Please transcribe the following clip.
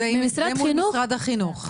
זה מול משרד החינוך.